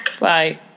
Bye